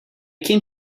came